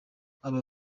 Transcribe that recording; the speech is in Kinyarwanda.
aba